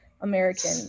American